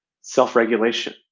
self-regulation